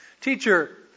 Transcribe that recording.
Teacher